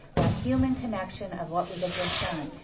that human connection of what we had just done.